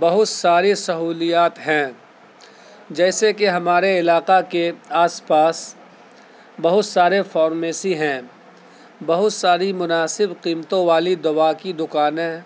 بہت سارے سہولیات ہیں جیسے کہ ہمارے علاقہ کے آس پاس بہت سارے فارمیسی ہیں بہت ساری مناسب قیمتوں والی دوا کی دکانیں ہیں